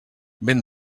vent